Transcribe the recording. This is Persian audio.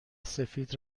سفید